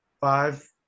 five